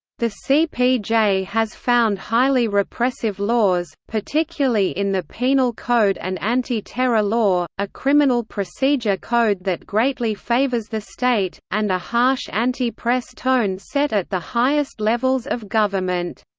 the cpj has found highly repressive laws, particularly in the penal code and anti-terror law a criminal procedure code that greatly favors the state and a harsh anti-press tone set at the highest levels of government.